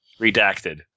redacted